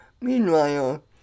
Meanwhile